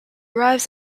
arrives